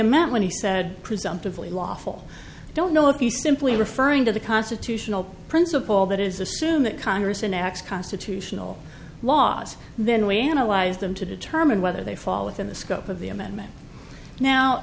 meant when he said presumptively lawful don't know if you simply referring to the constitutional principle that is assume that congress enacts constitutional laws then we analyze them to determine whether they fall within the scope of the amendment now